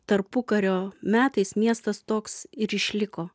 tarpukario metais miestas toks ir išliko